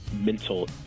mental